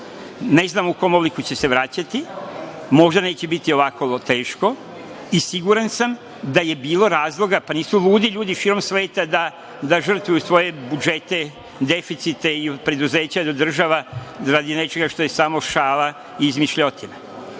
ne znamo u kom obliku će se vraćati, možda neće biti ovako teško i siguran sam da je bilo razloga. Pa, nisu ludi ljudi širom sveta da žrtvuju svoje budžete, deficite, preduzeća, da država radi nečega što je samo šala i izmišljotina.